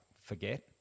forget